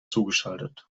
zugeschaltet